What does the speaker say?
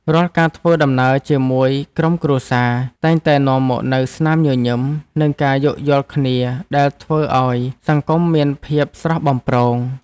រាល់ការធ្វើដំណើរជាក្រុមគ្រួសារតែងតែនាំមកនូវស្នាមញញឹមនិងការយោគយល់គ្នាដែលធ្វើឱ្យសង្គមមានភាពស្រស់បំព្រង។